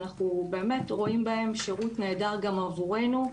אנחנו באמת רואים בהם שירות נהדר גם עבורנו,